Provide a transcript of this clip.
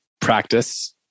practice